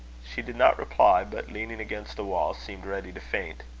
she did not reply, but, leaning against the wall, seemed ready to faint.